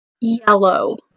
yellow